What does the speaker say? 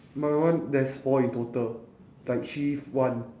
my one there's four in total like shift one